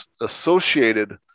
associated